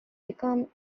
became